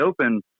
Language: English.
open